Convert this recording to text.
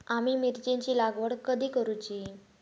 आम्ही मिरचेंची लागवड कधी करूची?